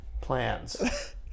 Plans